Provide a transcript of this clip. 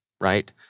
right